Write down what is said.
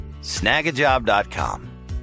Snagajob.com